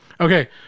Okay